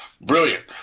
brilliant